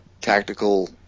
tactical